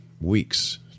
weeks